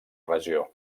regió